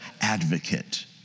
advocate